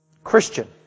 Christian